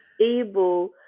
able